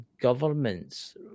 governments